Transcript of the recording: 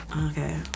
okay